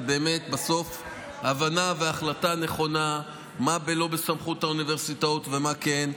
הבנה והחלטה נכונה מה לא בסמכות האוניברסיטאות ומה כן.